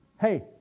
hey